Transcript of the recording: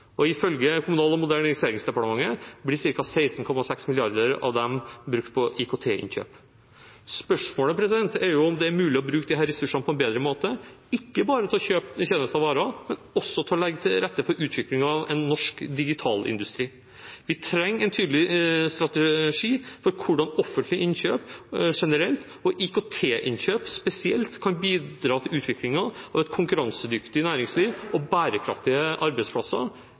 og ifølge Kommunal- og moderniseringsdepartementet blir ca. 16,6 mrd. av dem brukt på IKT-innkjøp. Spørsmålet er om det er mulig å bruke disse ressursene på en bedre måte, ikke bare til å kjøpe tjenester og varer, men også til å legge til rette for utvikling av en norsk digitalindustri. Vi trenger en tydelig strategi for hvordan offentlige innkjøp generelt og IKT-innkjøp spesielt kan bidra til utviklingen av et konkurransedyktig næringsliv og bærekraftige arbeidsplasser